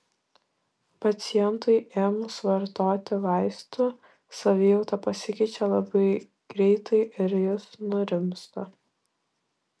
pacientui ėmus vartoti vaistų savijauta pasikeičia labai greitai ir jis nurimsta